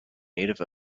native